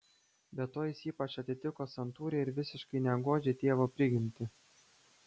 be to jis ypač atitiko santūrią ir visiškai negodžią tėvo prigimtį